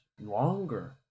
longer